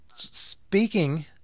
speaking